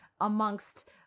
amongst